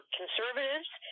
conservatives